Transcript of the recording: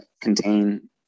contain